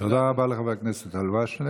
תודה רבה לחבר הכנסת אלהואשלה.